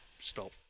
stop